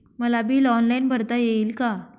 मला bill online भरता येईल का?